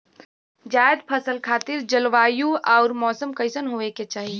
जायद फसल खातिर जलवायु अउर मौसम कइसन होवे के चाही?